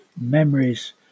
memories